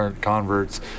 converts